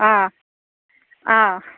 অঁ অঁ